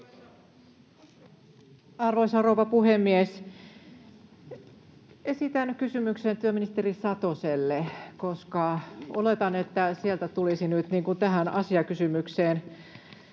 Arvoisa rouva puhemies! Esitän kysymyksen työministeri Satoselle, koska oletan, että sieltä tulisi nyt tähän asiakysymykseen